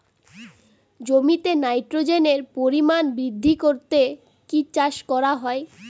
জমিতে নাইট্রোজেনের পরিমাণ বৃদ্ধি করতে কি চাষ করা হয়?